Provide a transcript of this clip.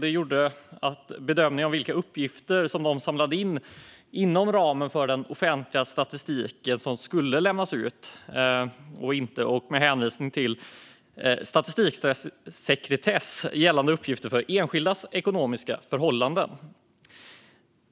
Det gjorde att bedömningen ändrades av vilka av de uppgifter de samlade in inom ramen för den officiella statistiken som kunde lämnas ut, med hänvisning till att statistiksekretess gäller för uppgifter om enskildas ekonomiska förhållanden.